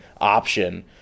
option